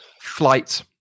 flight